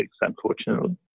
unfortunately